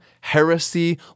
heresy